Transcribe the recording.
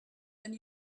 and